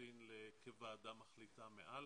האוכלוסין כוועדה מחליטה מעל.